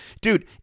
dude